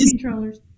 controllers